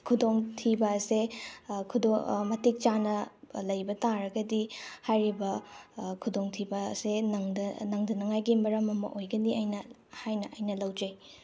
ꯈꯨꯗꯣꯡ ꯊꯤꯕ ꯑꯁꯦ ꯃꯇꯤꯛ ꯆꯥꯅ ꯂꯩꯕ ꯇꯥꯔꯒꯗꯤ ꯍꯥꯏꯔꯤꯕ ꯈꯨꯗꯣꯡꯊꯤꯕ ꯑꯁꯦ ꯅꯪꯗꯅꯉꯥꯏꯒꯤ ꯃꯔꯝ ꯑꯃ ꯑꯣꯏꯒꯅꯤ ꯑꯩꯅ ꯍꯥꯏꯅ ꯑꯩꯅ ꯂꯧꯖꯩ